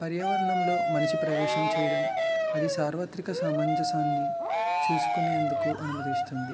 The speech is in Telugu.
పర్యావరణంలో మనిషి ప్రవేశం చేయడం అది సార్వోత్రిక సమంజసాన్ని చూసుకొనేందుకు అనుమతి ఇస్తుంది